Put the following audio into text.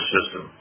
System